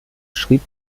schrieb